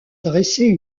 dresser